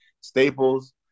Staples